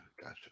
gotcha